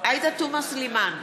עאידה תומא סלימאן,